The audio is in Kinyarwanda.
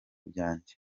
byanjye